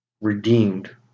redeemed